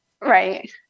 Right